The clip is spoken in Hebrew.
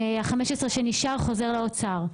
ה-15 שנשאר חוזר לאוצר.